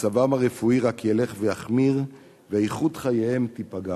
מצבם הרפואי רק ילך ויחמיר ואיכות חייהם תיפגע.